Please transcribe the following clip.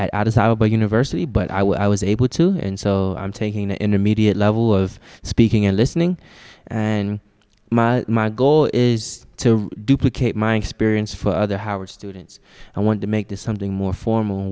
e university but i was able to and so i'm taking the intermediate level of speaking and listening and my my goal is to duplicate my experience for other howard students i want to make this something more formal